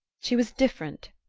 she was different.